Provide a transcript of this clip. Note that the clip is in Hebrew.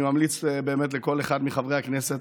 אני ממליץ באמת לכל אחד מחברי הכנסת,